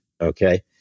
Okay